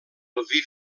lviv